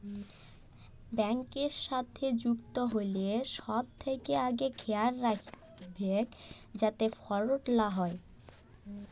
ব্যাংকের সাথে যুক্ত হ্যলে ছব থ্যাকে আগে খেয়াল রাইখবেক যাতে ফরড লা হ্যয়